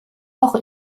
auch